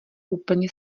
úplně